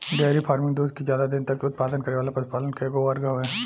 dairy farming दूध के ज्यादा दिन तक उत्पादन करे वाला पशुपालन के एगो वर्ग हवे